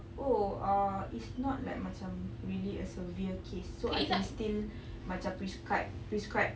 oh err it's not like macam really a severe case so I can still macam prescribe prescribe